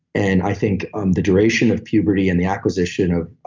and i think um the duration of puberty and the acquisition of.